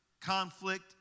conflict